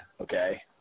okay